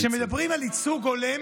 כשמדברים על ייצוג הולם